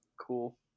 cool